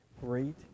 Great